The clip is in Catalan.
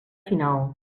final